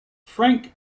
frank